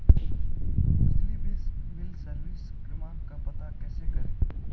बिजली bill service क्रमांक का पता कैसे करें?